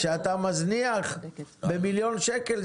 כשאתה מזניח במיליון שקל,